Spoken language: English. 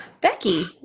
becky